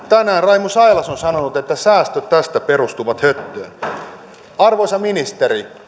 raimo sailas on sanonut että säästöt tästä perustuvat höttöön arvoisa ministeri